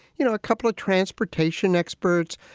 you know, a couple of transportation experts,